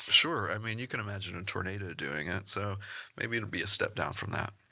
sure. i mean, you can imagine a tornado doing it, so maybe it'd be a step down from that.